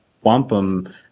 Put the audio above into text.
wampum